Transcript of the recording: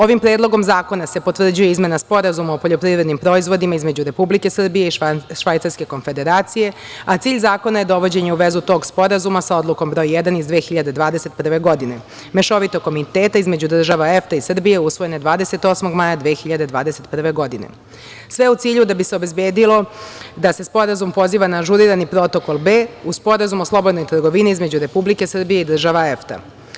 Ovim Predlogom zakona se potvrđuje Izmena Sporazuma o poljoprivrednim proizvodima između Republike Srbije i Švajcarske Konfederacije, a cilj zakona je dovođenje u vezu tog sporazuma sa Odlukom Broj 1 iz 2021. godine Mešovitog komiteta između država EFTA i Srbije, usvojene 28. maja 2021. godine, sve u cilju da bi se obezbedilo da se Sporazum poziva na ažurirani Protokol B, uz Sporazum o slobodnoj trgovini između Republike Srbije i država EFTA.